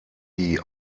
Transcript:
die